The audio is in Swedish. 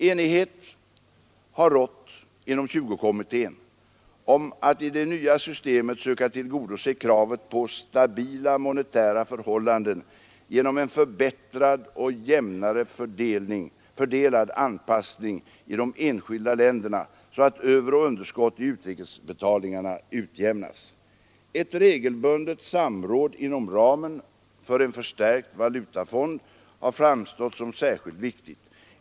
Enighet har rått inom 20-kommittén om att i det nya systemet söka tillgodose kravet på stabila monetära förhållanden genom en förbättrad och jämnare fördelad anpassning i de enskilda länderna, så att överoch underskott i utrikesbetalningarna utjämnas. Ett regelbundet samråd inom ramen för en förstärkt valutafond har framstått som särskilt viktigt.